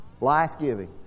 life-giving